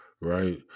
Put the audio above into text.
right